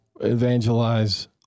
evangelize